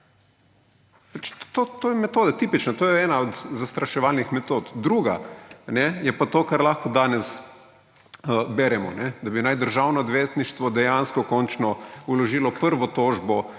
To je metoda, tipična, to je ena od zastraševalnih metod. Druga, je pa to, kar lahko danes beremo, da bi naj Državno odvetništvo dejansko končno vložilo prvo tožbo